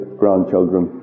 grandchildren